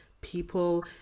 people